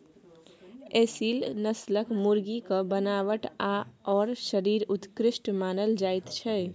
एसील नस्लक मुर्गीक बनावट आओर शरीर उत्कृष्ट मानल जाइत छै